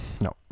no